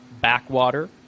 Backwater